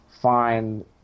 find